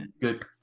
good